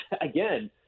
again